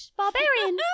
barbarian